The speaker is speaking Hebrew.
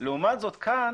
לעומת זאת, כאן